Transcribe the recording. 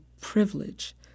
privilege